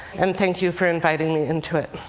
and thank you for inviting me into it.